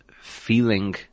feeling